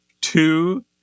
two